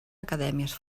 acadèmies